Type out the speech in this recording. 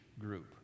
group